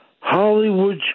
Hollywood